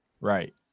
Right